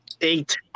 Eight